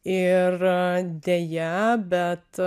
ir deja bet